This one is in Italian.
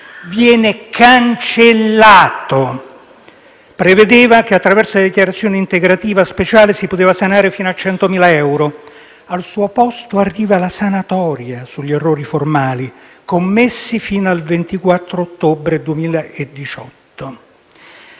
viene cancellato! Esso prevedeva che, attraverso la dichiarazione integrativa speciale, si potesse sanare una cifra fino a 100.000 euro. Al suo posto arriva la sanatoria sugli errori formali, commessi fino al 24 ottobre 2018.